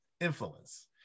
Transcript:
influence